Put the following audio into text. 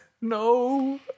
No